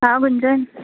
हां गुंजन